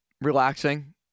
Relaxing